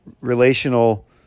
relational